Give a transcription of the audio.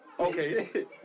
Okay